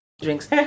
drinks